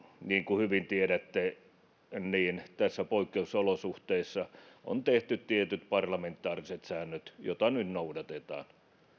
niin kuin hyvin tiedätte niin näissä poikkeusolosuhteissa on tehty tietyt parlamentaariset säännöt joita nyt noudatetaan